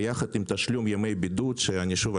ויחד עם תשלום ימי בידוד ושוב,